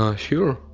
ah sure.